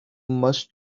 must